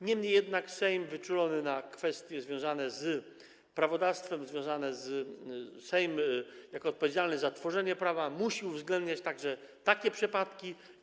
Niemniej jednak Sejm wyczulony na kwestie związane z prawodawstwem, Sejm odpowiedzialny za tworzenie prawa musi uwzględniać także takie przypadki.